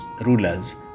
rulers